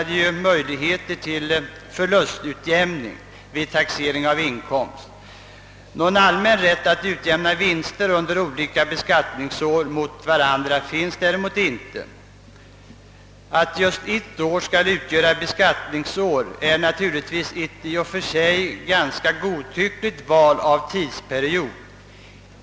ligheter till förlustutjämning vid taxering av inkomst. Någon allmän rätt att utjämna vinster under olika beskattningsår mot varandra finns däremot inte. Att just ett år skall utgöra beskattningsår är naturligtvis ett i och för sig ganska godtyckligt val av tidsperiod.